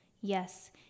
Yes